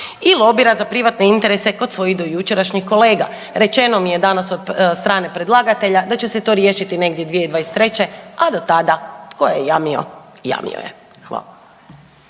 i lobira za privatne interese kod svojih dojučerašnjih kolega. Rečeno mi je danas od strane predlagatelja da će se to riješiti negdje 2023. a do tada tko je jamio, jamio je. Hvala.